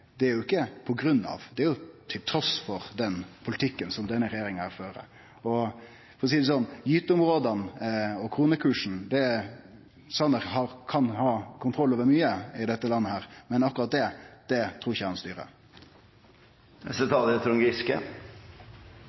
det førre innlegget, er det jo ikkje på grunn av, det er trass i den politikken som denne regjeringa fører. For å ta gyteområda og kronekursen: Sanner kan ha kontroll over mykje i dette landet, men akkurat det trur eg ikkje han